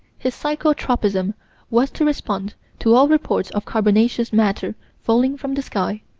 his psycho-tropism was to respond to all reports of carbonaceous matter falling from the sky,